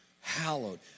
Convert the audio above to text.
hallowed